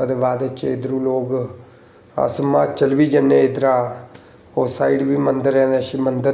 ओह्दे बाद इद्धरूं लोग अस हिमाचल बी जन्ने इद्धरा उस साइड़ बी मन्दर